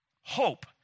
Hope